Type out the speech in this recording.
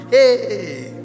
Hey